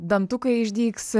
dantukai išdygs